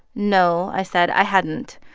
no, i said, i hadn't.